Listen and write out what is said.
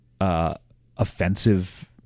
offensive